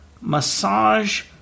massage